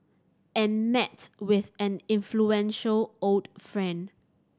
and met with an influential old friend